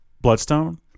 Bloodstone